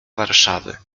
warszawy